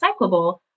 recyclable